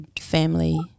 family